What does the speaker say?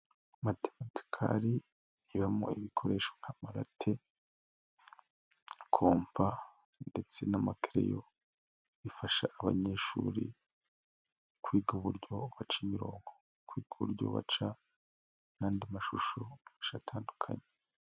Matematikali ibamo ibikoresho nk'amarati, kompa ndetse n'amakereleyo ifasha abanyeshuri kwiga uburyo baca imirongo no ku buryo baca n'andi mashusho atandukanye.